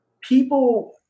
people